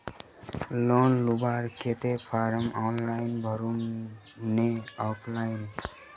Loan लुबार केते form online भरुम ने ऑफलाइन?